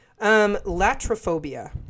Latrophobia